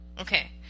Okay